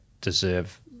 deserve